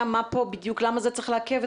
למה זה צריך לעכב?